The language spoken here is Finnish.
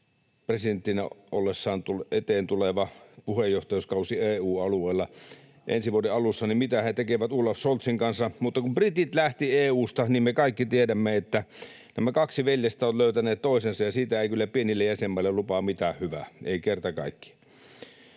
presidenttinä ollessaan eteen tulevalla puheenjohtajuuskaudella. Mutta kun britit lähtivät EU:sta, niin me kaikki tiedämme, että nämä kaksi veljestä ovat löytäneet toisensa, ja se ei kyllä pienille jäsenmaille lupaa mitään hyvää, ei kerta kaikkiaan.